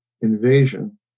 invasion